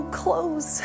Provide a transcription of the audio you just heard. close